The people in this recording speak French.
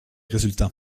résultats